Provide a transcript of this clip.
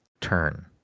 turn